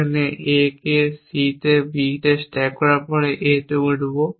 এখানে আমরা A কে C তে B স্ট্যাক করার পরে A তে উঠব